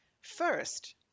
First